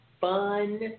fun